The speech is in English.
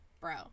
Bro